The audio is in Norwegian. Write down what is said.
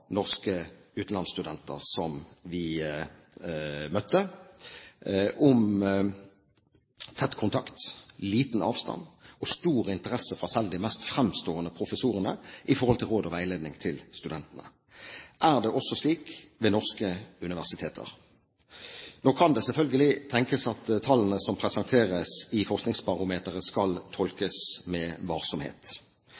norske utenlandsstudenter som vi møtte, om tett kontakt, liten avstand og stor interesse fra selv de mest fremstående professorene i forhold til råd og veiledning til studentene. Er det også slik ved norske universiteter? Nå kan det selvfølgelig tenkes at tallene som presenteres i Forskningsbarometeret, skal